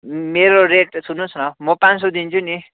मेरो रेट सुन्नुहोस् न म पाँच सौ दिन्छु नि